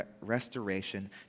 restoration